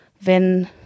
wenn